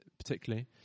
particularly